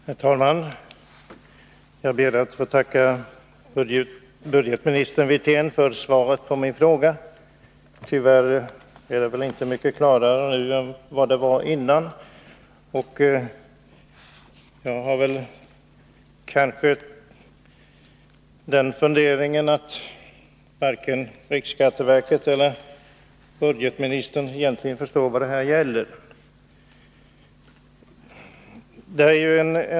Herr talman! Jag ber att få tacka budgetminister Wirtén för svaret på min fråga. Tyvärr är situationen inte mycket klarare nu än den var innan, och jag har kanske den funderingen att varken riksskatteverket eller budgetministern egentligen förstår vad det gäller.